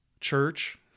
Church